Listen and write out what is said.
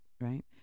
Right